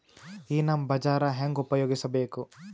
ಈ ನಮ್ ಬಜಾರ ಹೆಂಗ ಉಪಯೋಗಿಸಬೇಕು?